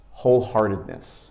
wholeheartedness